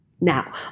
Now